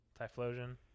Typhlosion